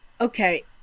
Okay